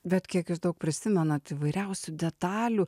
bet kiek jūs daug prisimenat įvairiausių detalių